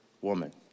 woman